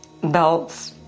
belts